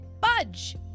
budge